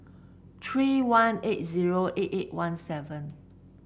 three one eight zero eight eight one seven